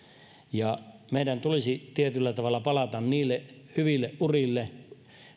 meidän tulisi tietyllä tavalla palata niille hyville urille